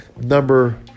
number